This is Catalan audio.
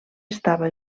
estava